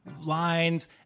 lines